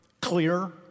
clear